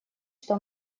что